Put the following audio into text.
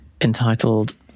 entitled